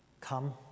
Come